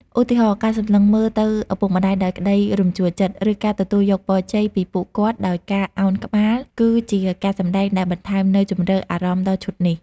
ឧទាហរណ៍ ការសម្លឹងមើលទៅឪពុកម្តាយដោយក្តីរំជួលចិត្ត ឬការទទួលយកពរជ័យពីពួកគាត់ដោយការឱនក្បាល គឺជាការសម្ដែងដែលបន្ថែមនូវជម្រៅអារម្មណ៍ដល់ឈុតនេះ។